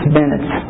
minutes